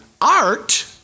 art